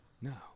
No